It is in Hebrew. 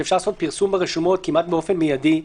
כשאפשר לעשות פרסום ברשומות כמעט באופן מידי,